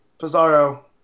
pizarro